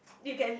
you can